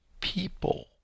people